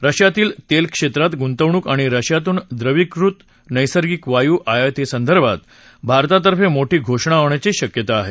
रशियातील तेल क्षेत्रात गुंतवणूक आणि रशियातून द्रवीकृत नैसर्गिक वायू आयातीसंदर्भात भारतातर्फे मोठी घोषणा होण्याची शक्यता आहे